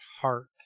heart